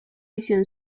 visión